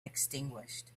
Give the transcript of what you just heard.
extinguished